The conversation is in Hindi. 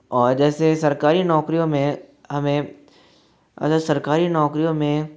और जैसे सरकारी नौकरियों में हमें सरकारी नौकरियों में